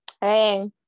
Hey